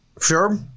Sure